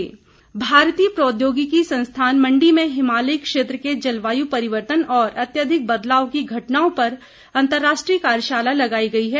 कार्यशाला भारतीय प्रौद्योगिकी संस्थान मण्डी में हिमालयी क्षेत्र के जलवायु परिवर्तन और अत्यधिक बदलाव की घटनाओं पर अंतर्राष्ट्रीय कार्यशाला लगाई गई है